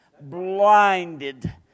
Blinded